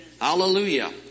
Hallelujah